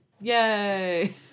Yay